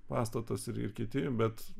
pastatas ir ir kiti bet